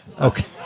Okay